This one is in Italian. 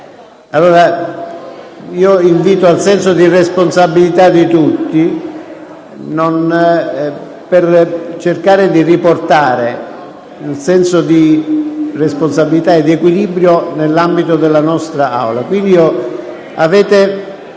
allora invito al senso di responsabilità di tutti per cercare di riportare il senso di responsabilità e di equilibrio nell'ambito della nostra Aula.